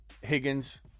Higgins